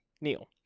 Neil